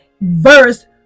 verse